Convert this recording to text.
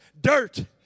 dirt